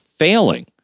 failing